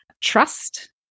trust